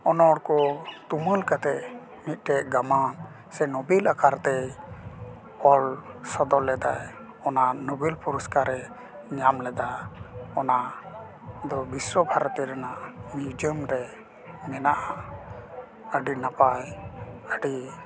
ᱚᱱᱚᱬ ᱠᱚ ᱛᱩᱢᱟᱹᱞ ᱠᱟᱛᱮ ᱢᱤᱫᱴᱮᱡ ᱜᱟᱢᱟᱢ ᱥᱮ ᱱᱚᱵᱮᱞ ᱟᱠᱟᱨ ᱛᱮ ᱚᱞ ᱥᱚᱫᱚᱨ ᱞᱮᱫᱟᱭ ᱚᱱᱟ ᱱᱚᱵᱮᱞ ᱯᱩᱨᱚᱥᱠᱟᱨᱮ ᱧᱟᱢ ᱞᱮᱫᱟ ᱚᱱᱟ ᱫᱚ ᱵᱤᱥᱥᱚ ᱵᱷᱟᱨᱚᱛᱤ ᱨᱮᱱᱟᱜ ᱢᱤᱭᱩᱡᱟᱢ ᱨᱮ ᱢᱮᱱᱟᱜᱼᱟ ᱟᱹᱰᱤ ᱱᱟᱯᱟᱭ ᱟᱹᱰᱤ